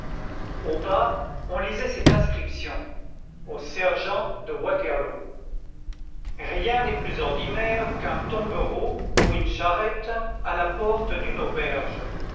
au bas on lisait cette inscription au sergent de waterloo rien n'est plus ordinaire qu'un tombereau ou une charrette à la porte d'une auberge